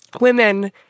women